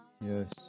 Yes